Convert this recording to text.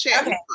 Okay